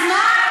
אז מה?